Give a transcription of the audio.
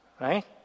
Right